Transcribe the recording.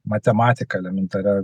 matematika elementaria